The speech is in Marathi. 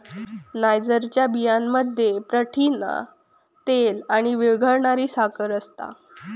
नायजरच्या बियांमध्ये प्रथिना, तेल आणि विरघळणारी साखर असता